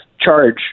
charge